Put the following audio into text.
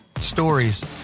stories